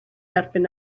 erbyn